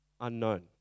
unknown